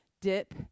dip